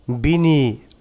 Bini